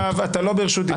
יואב, אתה לא ברשות דיבור.